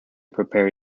prepare